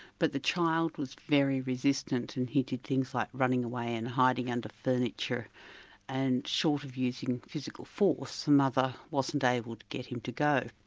but the child was very resistant, and he did things like running away and hiding under and furniture and, short of using physical force, the mother wasn't able to get him to go.